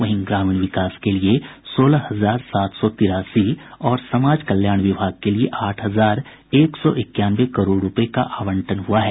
वहीं ग्रामीण विकास के लिये सोलह हजार सात सौ तिरासी और समाज कल्याण विभाग के लिये आठ हजार एक सौ इक्यानवे करोड़ रूपये का आवंटन हुआ है